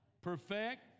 perfect